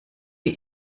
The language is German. wie